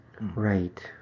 Right